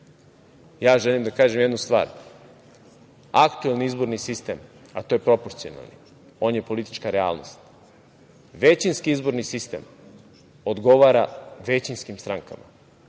ja želim da kažem jednu stvar, aktuelni izborni sistem, a to je proporcionalni, on je politička realnost, većinski izborni sistem odgovara većinskim strankama